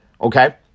Okay